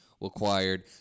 required